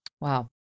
Wow